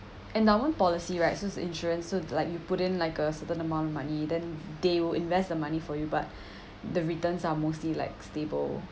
endowment policy rights since the insurance so like you put in like a certain amount of money then they will invest the money for you but the returns are mostly like stable